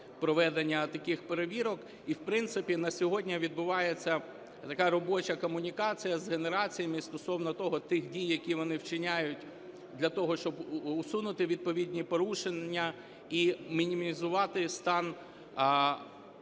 проведення таких перевірок. І, в принципі, на сьогодні відбувається така робоча комунікація з генераціями стосовно того, тих дій, які вони вчиняють для того, щоб усунути відповідні порушення і мінімізувати стан